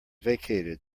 vacated